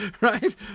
right